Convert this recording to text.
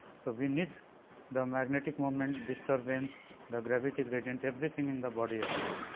so, we need the magnetic moment disturbance the gravity gradient everything in the body axis